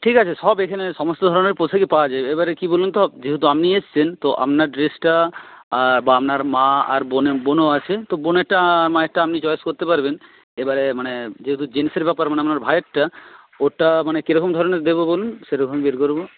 ঠিক আছে সব এখানে সমস্ত ধরণের পোশাকই পাওয়া যায় এবারে কি বলুন তো যেহেতু আপনি এসছেন তো আপনার ড্রেসটা আর বা আপনার মা আর বোন বোনও আছেন তো বোনেরটা আর মায়েরটা আপনি চয়েজ করতে পারবেন এবারে মানে যেহেতু জেন্টসের ব্যাপার মানে আপনার ভায়েরটা ওরটা মানে কেরকম ধরণের দেবো বলুন সেরকমই বের করবো